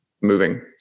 moving